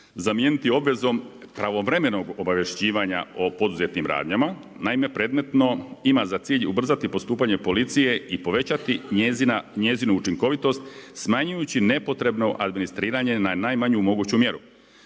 Zamijeniti obvezom pravovremenog obavješćivanja o poduzetim radnjama, naime, predmetno ima za cilj ubrzati postupanja policije i povećati njezinu učinkovitost, smanjujući nepotrebno administriranje, na najmanju moguću mjeru,